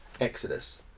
Exodus